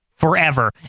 Forever